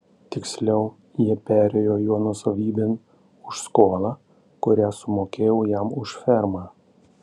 tiksliau jie perėjo jo nuosavybėn už skolą kurią sumokėjau jam už fermą